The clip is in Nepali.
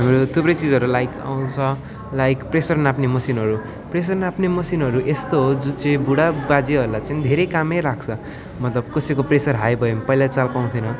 हाम्रो थुप्रै चिजहरू लाइक आउँछ लाइक प्रेसर नाप्ने मसिनहरू प्रेसर नाप्ने मसिनहरू यस्तो हो जुनचाहिँ बुढा बाजेहरूलाई चाहिँ धेरै कामै लाग्छ मतलब कसैको प्रेसर हाई भयो पहिला चाल पाउने थिएन